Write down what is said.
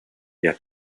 der